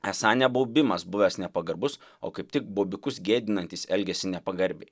esą ne baubimas buvęs nepagarbus o kaip tik baubikus gėdinantys elgėsi nepagarbiai